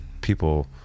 people